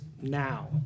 Now